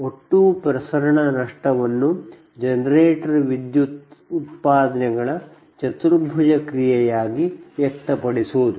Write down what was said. ಒಟ್ಟು ಪ್ರಸರಣ ನಷ್ಟವನ್ನು ಜನರೇಟರ್ ವಿದ್ಯುತ್ ಉತ್ಪಾದನೆಗಳ ಚತುರ್ಭುಜ ಕ್ರಿಯೆಯಾಗಿ ವ್ಯಕ್ತಪಡಿಸುವುದು